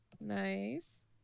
Nice